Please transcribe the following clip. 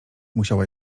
musiała